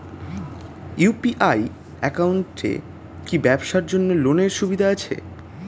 UPI একাউন্টে কি ব্যবসার জন্য লোনের সুবিধা আছে?